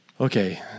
okay